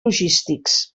logístics